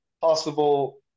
possible